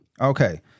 Okay